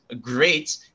great